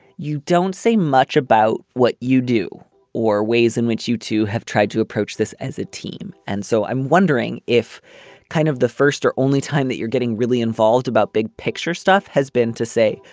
you don't say much about what you do or ways in which you two have tried to approach this as a team. and so i'm wondering if kind of the first or only time that you're getting really involved about big picture stuff has been to say.